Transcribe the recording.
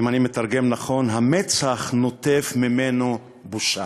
אם אני מתרגם נכון, המצח נוטפת ממנו בושה.